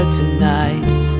tonight